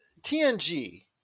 TNG